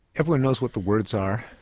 everyone knows what the words are,